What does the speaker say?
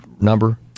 number